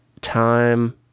Time